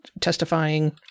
testifying